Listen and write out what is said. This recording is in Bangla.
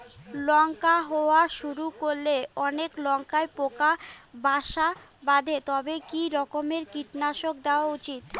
লঙ্কা হওয়া শুরু করলে অনেক লঙ্কায় পোকা বাসা বাঁধে তবে কি রকমের কীটনাশক দেওয়া উচিৎ?